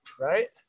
right